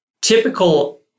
typical